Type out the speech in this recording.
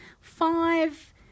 five